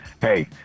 Hey